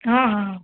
हा हा